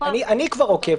אני כבר עוקב,